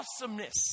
awesomeness